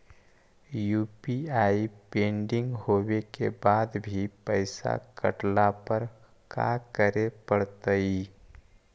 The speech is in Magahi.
यु.पी.आई पेंडिंग होवे के बाद भी पैसा कटला पर का करे पड़तई?